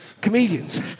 comedians